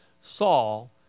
Saul